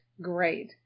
great